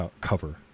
cover